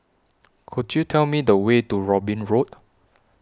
Could YOU Tell Me The Way to Robin Road